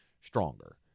stronger